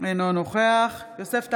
אינו נוכח יוסף טייב,